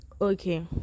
okay